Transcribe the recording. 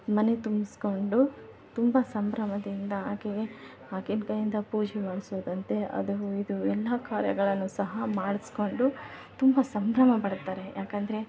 ಮನೆ ತುಂಬಿಸ್ಕೊಂಡು ತುಂಬ ಸಂಭ್ರಮದಿಂದ ಆಕೆಗೆ ಆಕೆಯ ಕೈಯಿಂದ ಪೂಜೆ ಮಾಡಿಸೋದಂತೆ ಅದು ಇದು ಎಲ್ಲ ಕಾರ್ಯಗಳನ್ನು ಸಹ ಮಾಡಿಸಿಕೊಂಡು ತುಂಬ ಸಂಭ್ರಮ ಪಡ್ತಾರೆ ಯಾಕೆಂದ್ರೆ